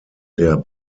der